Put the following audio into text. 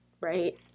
right